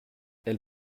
elle